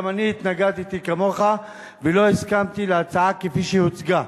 גם אני התנגדתי כמוך ולא הסכמתי להצעה כפי שהוצגה,